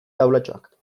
taulatxoak